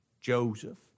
Joseph